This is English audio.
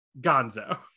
gonzo